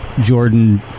Jordan